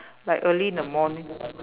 like early in the morning